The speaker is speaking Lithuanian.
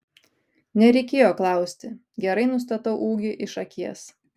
nereikėjo klausti gerai nustatau ūgį iš akies